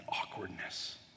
awkwardness